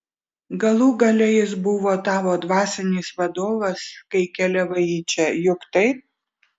galų gale jis buvo tavo dvasinis vadovas kai keliavai į čia juk taip